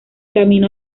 camino